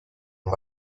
los